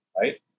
Right